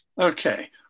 Okay